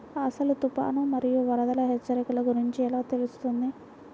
అసలు తుఫాను మరియు వరదల హెచ్చరికల గురించి ఎలా తెలుస్తుంది?